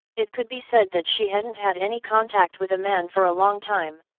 it could be said that she hadn't had any contact with a man for a long time.